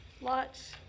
lots